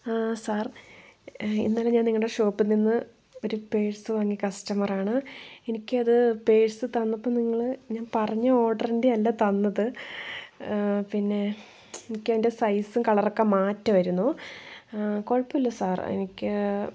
sir ഇന്നലെ ഞാൻ നിങ്ങളുടെ ഷോപ്പിൽ നിന്ന് ഒരു പേഴ്സ് വാങ്ങിയ കസ്റ്റമർ ആണ് എനിക്കത് പേഴ്സ് തന്നപ്പോൾ നിങ്ങൾ ഞാൻ പറഞ്ഞ ഓർഡറിൻ്റെ അല്ല തന്നത് പിന്നേ എനിക്കതിൻ്റെ സൈസും കളറൊക്കെ മാറ്റമായിരുന്നു കുഴപ്പമില്ല സാർ എനിക്ക്